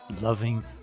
Loving